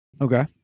Okay